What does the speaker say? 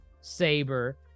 saber